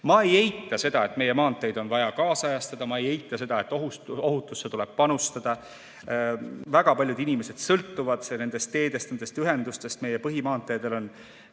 Ma ei eita seda, et meie maanteid on vaja kaasajastada. Ma ei eita seda, et ohutusse tuleb panustada. Väga paljud inimesed sõltuvad nendest teedest, nendest ühendustest. Meie põhimaanteedel on